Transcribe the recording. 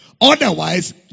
Otherwise